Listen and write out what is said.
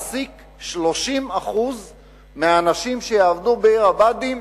ש-30% מהאנשים שיעבדו בעיר הבה"דים